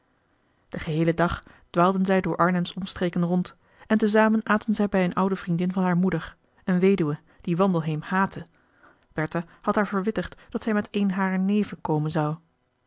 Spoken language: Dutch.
den geheelen dag dwaalden zij door arnhems omstreken rond en te zamen aten zij bij een oude vriendin van haar moeder een weduwe die wandelheem haatte bertha had haar verwittigd dat zij met een harer neven komen zou